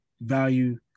value